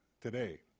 today